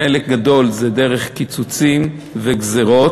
חלק גדול זה דרך קיצוצים וגזירות,